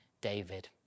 David